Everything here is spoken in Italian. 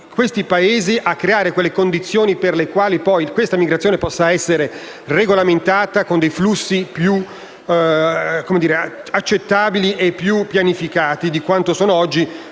questi Paesi a creare le condizioni per le quali, poi, la migrazione possa essere regolamentata con dei flussi più accettabili e più pianificati di quanto siano oggi,